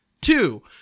Two